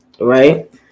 Right